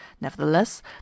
Nevertheless